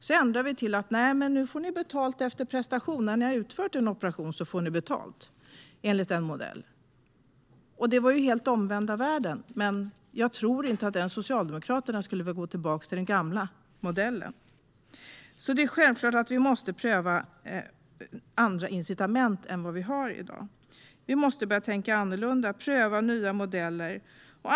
Det ändrade vi till att man skulle få betalt efter prestation, alltså att man fick betalt efter de operationer man utförde enligt en viss modell. Det var helt den omvända världen, men jag tror att inte ens Socialdemokraterna skulle vilja gå tillbaka till den gamla modellen. Självklart måste vi pröva andra incitament än vi har i dag. Vi måste börja tänka annorlunda och pröva nya modeller.